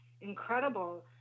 incredible